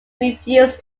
refused